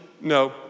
no